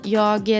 jag